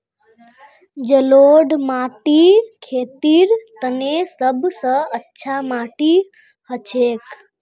जलौढ़ माटी खेतीर तने सब स अच्छा माटी हछेक